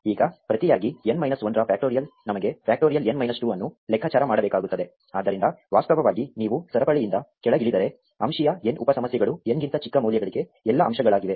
ಈಗ ಪ್ರತಿಯಾಗಿ n minus 1 ರ ಫ್ಯಾಕ್ಟರಿಯಲ್ ನಮಗೆ ಫ್ಯಾಕ್ಟೋರಿಯಲ್ n ಮೈನಸ್ 2 ಅನ್ನು ಲೆಕ್ಕಾಚಾರ ಮಾಡಬೇಕಾಗುತ್ತದೆ ಆದ್ದರಿಂದ ವಾಸ್ತವವಾಗಿ ನೀವು ಸರಪಳಿಯಿಂದ ಕೆಳಗಿಳಿದರೆ ಅಂಶೀಯ n ಉಪ ಸಮಸ್ಯೆಗಳು n ಗಿಂತ ಚಿಕ್ಕ ಮೌಲ್ಯಗಳಿಗೆ ಎಲ್ಲಾ ಅಂಶಗಳಾಗಿವೆ